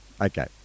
Okay